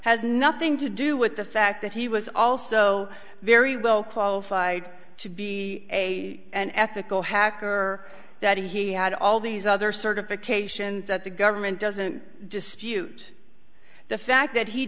has nothing to do with the fact that he was also very well qualified to be a an ethical hacker or that he had all these other certifications that the government doesn't dispute the fact that he